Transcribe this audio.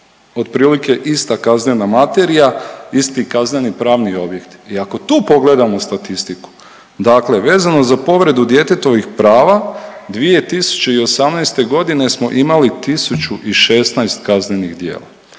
otprilike ista kaznena materija, isti kazneni i pravni objekti. I ako tu pogledamo statistiku, dakle vezano za povredu djetetovih prava, 2018. g. smo imali 1 016 kaznenih djela,